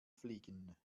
fliegen